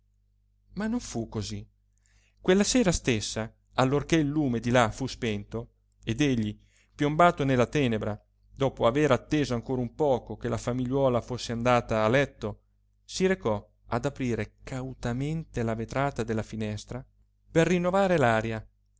non fu cosí quella sera stessa allorché il lume di là fu spento ed egli piombato nella tenebra dopo avere atteso ancora un poco che la famigliuola fosse andata a letto si recò ad aprire cautamente la vetrata della finestra per rinnovare